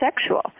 sexual